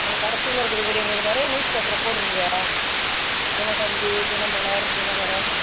அந்த கடசியில் இருக்கிற வீடு எங்களுக்கு நிறைய நியூஸ் பேப்பர் போடுறீங்க தினத்தந்தி தினமலர் தினகரன்